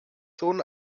sohn